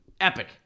Epic